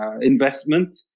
investment